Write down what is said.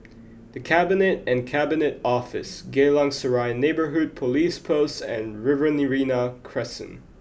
the Cabinet and Cabinet Office Geylang Serai Neighbourhood Police Post and Riverina Crescent